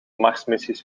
marsmissies